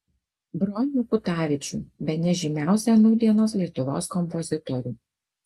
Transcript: bronių kutavičių bene žymiausią nūdienos lietuvos kompozitorių